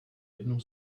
jednu